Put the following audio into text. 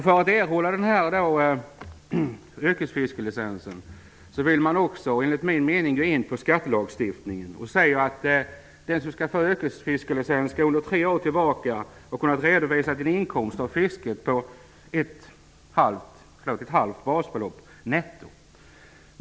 För att erhålla yrkesfiskelicensen går man, enligt min mening, in på skattelagstiftningen. Den som skall få yrkesfiskelicens skall under tre år tillbaka kunna redovisa en inkomst av fisket på ett halvt basbelopp netto.